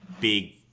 big